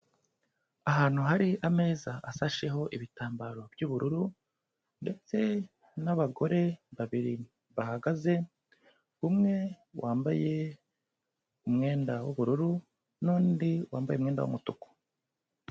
Ahantu hari ameza asasheho ibitambaro by'ubururu, ndetse n'abagore babiri bahagaze, umwe wambaye umwenda w'ubururu n'undi wambaye umwenda w'umutuku.